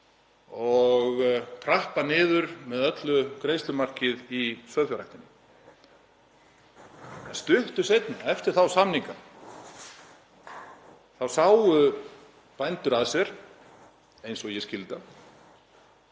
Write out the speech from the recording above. og trappa niður með öllu greiðslumarkið í sauðfjárræktinni. En stuttu seinna, eftir þá samninga, þá sáu bændur að sér, eins og ég skil